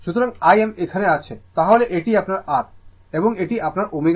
সুতরাং Im এখানে আছে তাহলে এটি আপনার R এবং এটি আপনার ω L